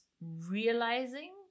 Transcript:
realizing